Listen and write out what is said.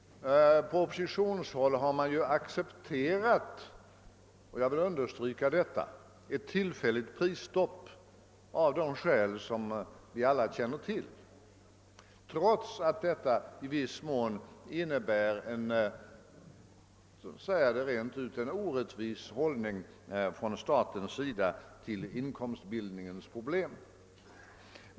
På oppositionshåll har man acceplerat, vilket jag vill understryka, ett tillfälligt prisstopp av de skäl som vi alla känner till, trots att detta i viss mån innebär en — jag vill säga det rent ut — orättvis hållning från statens sida till inkomstbildningens problem.